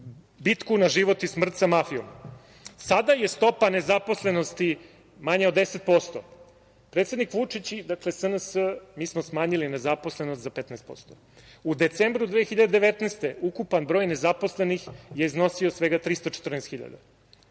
bitku na život i smrt sa mafijom. Sada je stopa nezaposlenosti manja od 10%. Predsednik Vučić i SNS, dakle mi smo smanjili nezaposlenost za 15%. U decembru 2019. godine ukupan broj nezaposlenih je iznosio svega 314.000.